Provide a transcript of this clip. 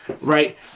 right